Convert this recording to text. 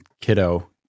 kiddo